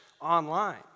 online